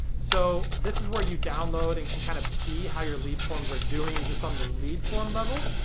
so this is where you download and can kind of see how your lead forms are doing just on the lead form level.